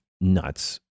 nuts